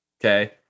Okay